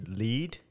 lead